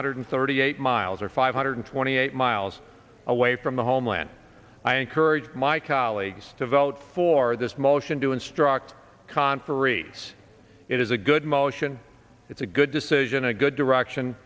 hundred thirty eight miles or five hundred twenty eight miles away from the homeland i encourage my colleagues to vote for this motion to instruct conferees it is a good motion it's a good decision a good direction